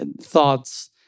thoughts